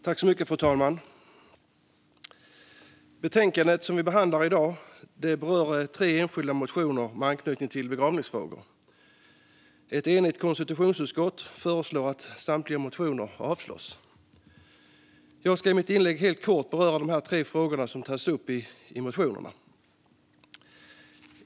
Fru talman! Betänkandet vi behandlar berör tre enskilda motioner med anknytning till begravningsfrågor. Ett enigt konstitutionsutskott föreslår att samtliga motioner avslås. Jag ska i mitt inlägg helt kort beröra de tre frågor som tas upp i motionerna.